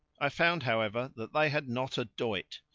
i found, however, that they had not a doit,